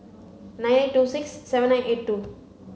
nine eight two six seven nine eight two